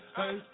hey